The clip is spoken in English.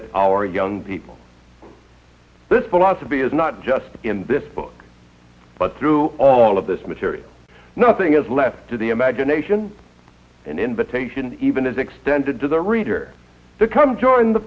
that our young people this philosophy is not just in this book but through all of this material nothing is left to the imagination an invitation even is extended to the reader to come join the